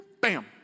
bam